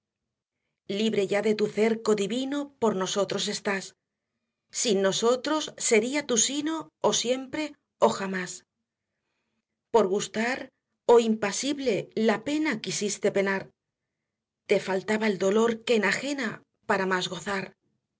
libre ya de tu cerco divino por nosotros estás sin nosotros sería tu sino ó siempre ó jamás por gustar oh impasible la pena quisiste penar te faltaba el dolor que enajena para más gozar